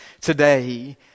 today